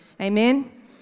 amen